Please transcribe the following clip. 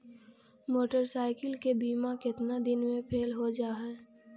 Motorcycle के बिमा केतना दिन मे फेल हो जा है?